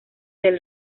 del